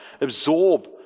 absorb